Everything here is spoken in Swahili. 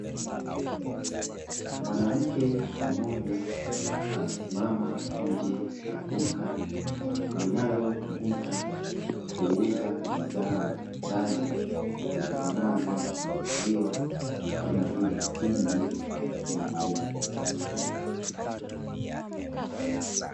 Mwanamke mmoja amesimama mbele ya duka linalotumika kuuza bidhaa mbalimbali zitokanazo na maziwa kama vile mtindi na jibini.